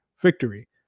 victory